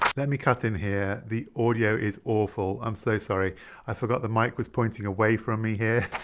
let me cut in here the audio is awful i'm so sorry i forgot the mic was pointing away from me here